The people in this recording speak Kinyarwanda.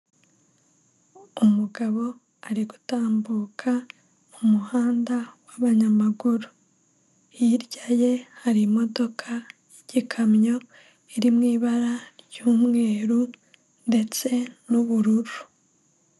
Umugabo ari gutambuka mu umuhanda w'abanyamaguru. Hirya ye hari imodoka y'igikamyo iri mu ibara ry'umweru ndetse n'ubururu.